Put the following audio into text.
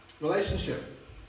relationship